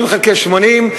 60 חלקי 80,